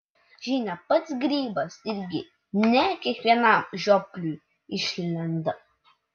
žinia pats grybas irgi ne kiekvienam žiopliui išlenda